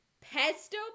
Pesto